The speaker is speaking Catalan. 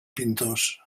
pintors